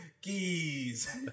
Keys